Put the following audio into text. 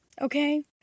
Okay